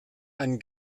einen